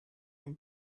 and